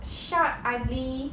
short ugly